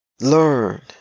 Learn